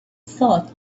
thought